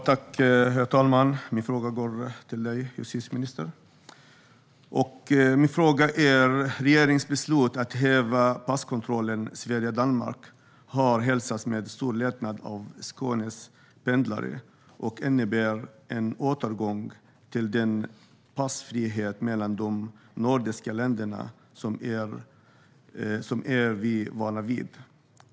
Herr talman! Min fråga går till justitieministern. Regeringens beslut att häva passkontrollerna mellan Sverige och Danmark har hälsats med stor lättnad av pendlarna i Skåne. Det innebär en återgång till den passfrihet mellan de nordiska länderna som vi är vana vid.